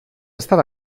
estar